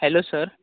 hello sir